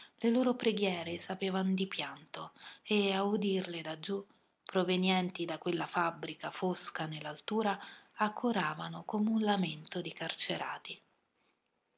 le loro preghiere sapevan di pianto e a udirle da giù provenienti da quella fabbrica fosca nell'altura accoravano come un lamento di carcerati